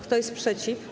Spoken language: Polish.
Kto jest przeciw?